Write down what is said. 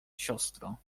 siostro